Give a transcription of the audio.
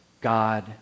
God